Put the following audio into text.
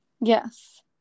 Yes